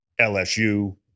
LSU